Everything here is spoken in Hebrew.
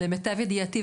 למיטב ידיעתי,